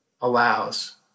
allows